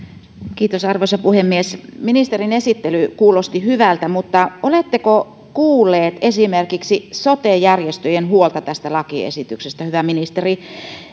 arvoisa puhemies ministerin esittely kuulosti hyvältä mutta oletteko kuulleet esimerkiksi sote järjestöjen huolta tästä lakiesityksestä hyvä ministeri